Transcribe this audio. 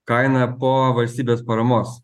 kainą po valstybės paramos